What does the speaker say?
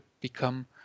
become